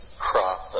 crop